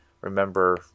remember